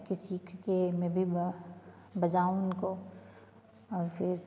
किसी सीख के मैं भी बजाऊँ उनको और फिर